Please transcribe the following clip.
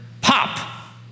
pop